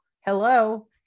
hello